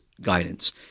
guidance